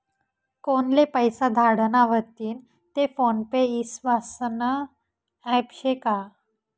कोनले पैसा धाडना व्हतीन ते फोन पे ईस्वासनं ॲप शे का?